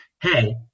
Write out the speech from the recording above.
Hey